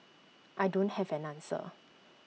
I don't have an answer